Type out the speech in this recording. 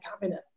cabinet